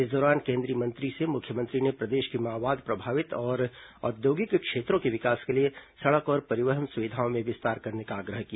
इस दौरान केंद्रीय मंत्री से मुख्यमंत्री ने प्रदेश के माओवाद प्रभावित और औद्योगिक क्षेत्रों के विकास के लिए सड़क और परिवहन सुविधाओं में विस्तार करने का आग्रह किया